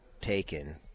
taken